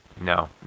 No